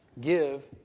Give